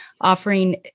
offering